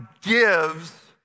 gives